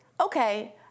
okay